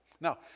Now